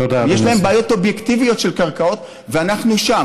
יש להם בעיות אובייקטיביות של קרקעות, ואנחנו שם.